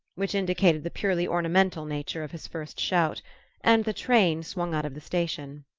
which indicated the purely ornamental nature of his first shout and the train swung out of the station.